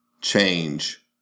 change